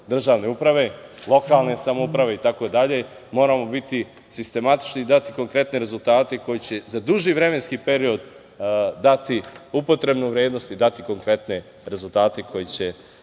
državne uprave, lokalne samouprave itd, moramo biti sistematični i dati konkretne rezultate koji će za duži vremenski period dati upotrebnu vrednost i dati konkretne rezultate koji će,